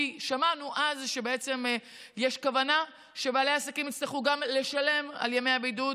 כי שמענו אז שבעצם יש כוונה שבעלי העסקים יצטרכו גם לשלם על ימי הבידוד,